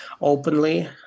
openly